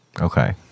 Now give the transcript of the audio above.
Okay